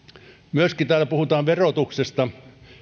täällä puhutaan myöskin verotuksesta